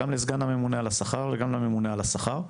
לסגן הממונה על השכר וגם לממונה על השכר.